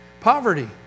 Poverty